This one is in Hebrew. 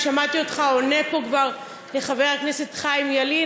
שמעתי אותך עונה פה כבר לחבר הכנסת חיים ילין,